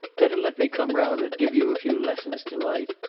better let me come round and give you a few lessons, delight.